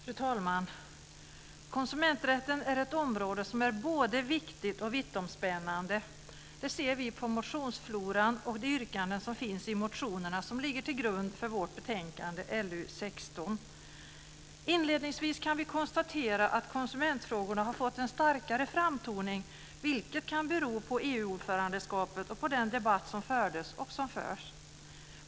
Fru talman! Konsumenträtten är ett område som är både viktigt och vittomspännande. Det ser vi på motionsfloran och de yrkanden som finns i motionerna som ligger till grund för vårt betänkande LU16. Inledningsvis kan vi konstatera att konsumentfrågorna har fått en starkare framtoning vilket kan bero på EU-ordförandeskapet och på den debatt som fördes och förs.